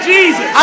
Jesus